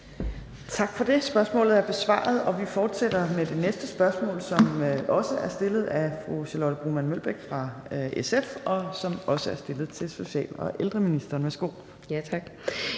Tak for det. Spørgsmålet er besvaret. Vi fortsætter med det næste spørgsmål, som også er stillet af fru Charlotte Broman Mølbæk fra SF til social- og ældreministeren. Kl. 15:23